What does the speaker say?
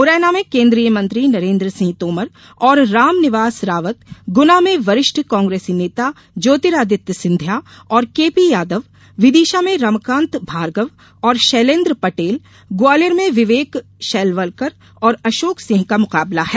मुरैना में केंद्रीय मंत्री नरेन्द्र सिंह तोमर और रामनिवास रावत गुना में वरिष्ठ कांग्रेसी नेता ज्योतिरादित्य सिंधिया और के पी यादव विदिशा में रमाकांत भार्गव और शैलेन्द्र पटेल ग्वालियर में विवेक शेलवलकर और अशोक सिंह का मुकाबला है